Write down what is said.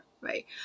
Right